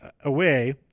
away